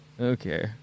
Okay